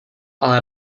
ale